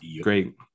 Great